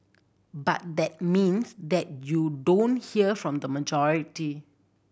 but that means that you don't hear from the majority